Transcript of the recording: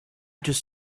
just